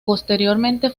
posteriormente